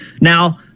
Now